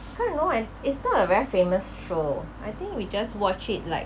can't remember it's not a very famous show I think we just watch it like